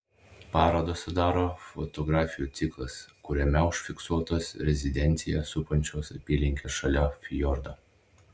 parodą sudaro fotografijų ciklas kuriame užfiksuotos rezidenciją supančios apylinkės šalia fjordo